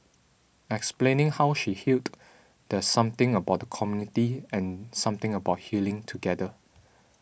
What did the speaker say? explaining how she healed there's something about the community and something about healing together